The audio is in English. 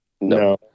No